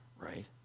right